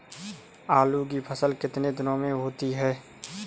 आलू की फसल कितने दिनों में होती है?